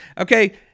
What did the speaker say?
Okay